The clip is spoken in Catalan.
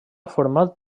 format